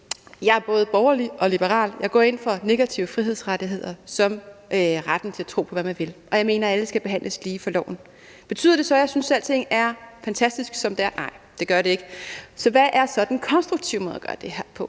Jeg er både borgerlig og liberal. Jeg går ind for negative frihedsrettigheder som retten til at tro på, hvad man vil, og jeg mener, at alle skal behandles lige for loven. Betyder det så, at jeg synes, at alting er fantastisk, som det er? Nej, det gør det ikke. Hvad er så den konstruktive måde at gøre det her på?